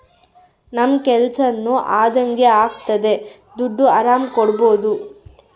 ನಮ್ ಕೆಲ್ಸನೂ ಅದಂಗೆ ಆಗ್ತದೆ ದುಡ್ಡು ಆರಾಮ್ ಕಟ್ಬೋದೂ